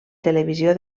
televisió